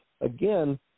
again